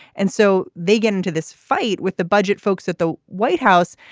and so they get into this fight with the budget folks at the white house.